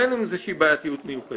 אין עם זה איזושהי בעייתיות מיוחדת.